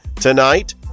tonight